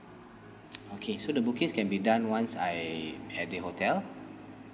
okay so the bookings can be done once I at the hotel